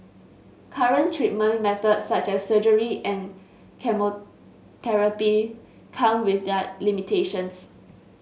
current treatment methods such as surgery and chemotherapy come with their limitations